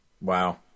Wow